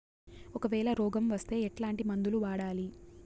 ఒకవేల రోగం వస్తే ఎట్లాంటి మందులు వాడాలి?